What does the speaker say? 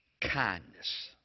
kindness